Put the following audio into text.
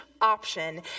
option